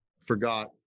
forgot